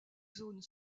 zones